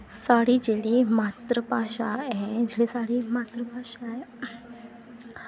साढ़ी जेह्ड़ी मात्तर भाशा ऐ जेह्ड़ी साढ़ी मात्तर भाशा ऐ